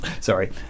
Sorry